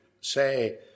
say